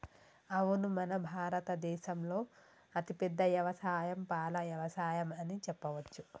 అవును మన భారత దేసంలో అతిపెద్ద యవసాయం పాల యవసాయం అని చెప్పవచ్చు